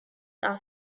are